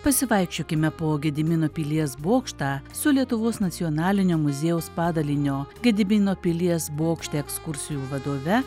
pasivaikščiokime po gedimino pilies bokštą su lietuvos nacionalinio muziejaus padalinio gedimino pilies bokšte ekskursijų vadove